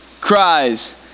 cries